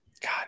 god